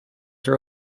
her